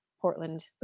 portland